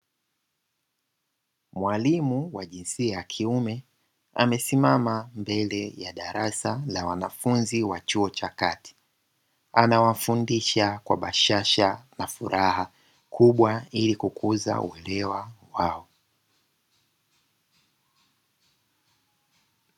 Mwalimu wa jinsia ya kiume amesimama mbele ya darasa la wanafunzi wa chuo cha kati, anawafundisha kwa bashasha na furaha kubwa ilikuweza kukuza uelewa wao.